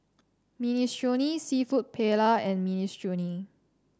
Minestrone seafood Paella and Minestrone